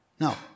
no